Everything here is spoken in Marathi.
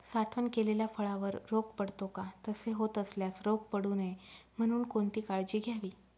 साठवण केलेल्या फळावर रोग पडतो का? तसे होत असल्यास रोग पडू नये म्हणून कोणती काळजी घ्यावी?